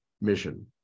mission